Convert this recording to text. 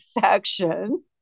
section